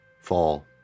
fall